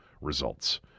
results